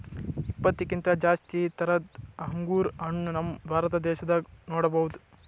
ಇಪ್ಪತ್ತಕ್ಕಿಂತ್ ಜಾಸ್ತಿ ಥರದ್ ಅಂಗುರ್ ಹಣ್ಣ್ ನಮ್ ಭಾರತ ದೇಶದಾಗ್ ನೋಡ್ಬಹುದ್